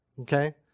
Okay